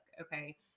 okay